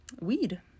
weed